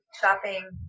shopping